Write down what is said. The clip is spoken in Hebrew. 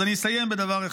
אני אסיים בדבר אחד: